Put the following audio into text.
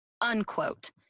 unquote